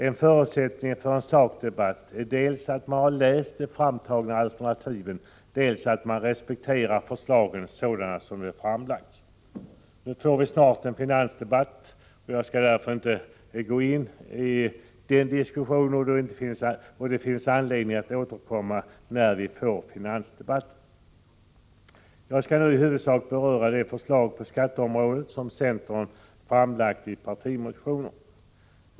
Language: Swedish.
En förutsättning för en sakdebatt är dels att man läser de framtagna alternativen, dels att man respekterar förslagen sådana som de framlagts. Snart får vi en finansdebatt, varför jag inte skall gå in i en sådan diskussion nu. Det finns anledning att återkomma vid finansdebatten. Jag skall nu i huvudsak beröra de förslag på skatteområdet som centern framlagt i partimotionen.